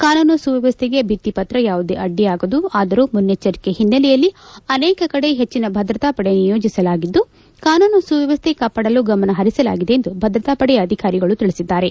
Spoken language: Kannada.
ಕಾನೂನು ಸುವ್ಧವಸ್ಥೆಗೆ ಭಿತ್ತಿ ಪತ್ರ ಯಾವುದೇ ಅಡ್ಡಿಯಾಗದು ಆದರೂ ಮುನ್ನೆಚ್ಚರಿಕೆ ಹಿನ್ನೆಲೆಯಲ್ಲಿ ಅನೇಕ ಕಡೆ ಹೆಚ್ಚಿನ ಭದ್ರತಾ ಪಡೆ ನಿಯೋಜಿಸಲಾಗಿದ್ದು ಕಾನೂನು ಸುವ್ಧವಸ್ಥೆ ಕಾಪಾಡಲು ಗಮನ ಪರಿಸಲಾಗಿದೆ ಎಂದು ಭದ್ರತಾ ಪಡೆಯ ಅಧಿಕಾರಿಗಳು ತಿಳಿಸಿದ್ದಾರೆ